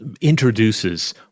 introduces